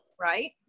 Right